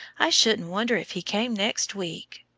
i shouldn't wonder if he came next week!